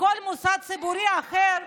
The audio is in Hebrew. בכל מוסד ציבורי אחר.